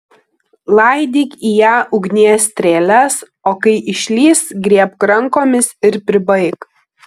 laidyk į ją ugnies strėles o kai išlįs griebk rankomis ir pribaik